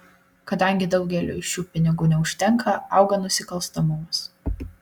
kadangi daugeliui šių pinigų neužtenka auga nusikalstamumas